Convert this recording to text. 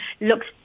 looks